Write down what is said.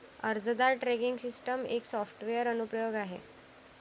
अर्जदार tracking system एक software अनुप्रयोग आहे